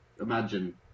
Imagine